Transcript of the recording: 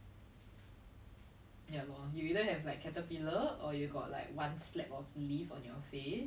and what is safe space like she must have like felt something else like she must have felt like somewhere else was